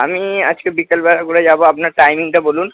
আমি আজকে বিকালবেলা করে যাব আপনার টাইমিংটা বলুন